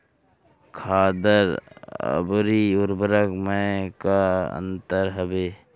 खादर अवरी उर्वरक मैं का अंतर हवे?